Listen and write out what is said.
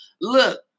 look